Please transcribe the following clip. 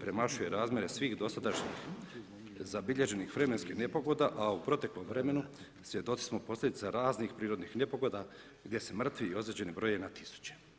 premašuje razmjere svih dosadašnjih zabilježenih vremenskih nepogoda, a u proteklom vremenu svjedoci smo posljedica raznih prirodnih nepogoda gdje se mrtvi i određeni broje na tisuće.